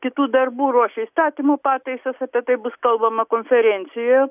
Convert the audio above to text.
kitų darbų ruošė įstatymų pataisas apie tai bus kalbama konferencijoje